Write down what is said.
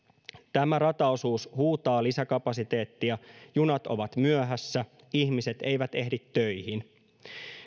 tämä rataosuus huutaa lisäkapasiteettia junat ovat myöhässä ihmiset eivät ehdi töihin